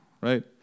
right